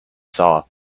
saw